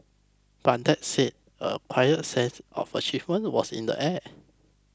but that said a quiet sense of achievement was in the air